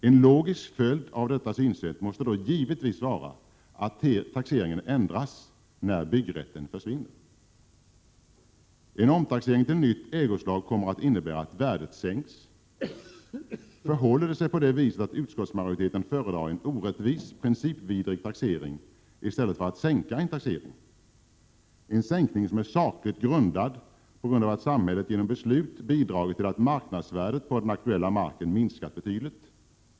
En logisk följd av detta synsätt måste då givetvis vara att taxeringen ändras när byggrätten försvinner. En omtaxering till nytt ägoslag kommer att innebära att värdet sänks. Förhåller det sig på det viset att utskottsmajoriteten föredrar en orättvis principvidrig taxering i stället för att sänka en taxering? Det rör sig om en sänkning som är sakligt grundad, eftersom samhället genom beslut bidragit till att marknadsvärdet på den aktuella marken minskat betydligt.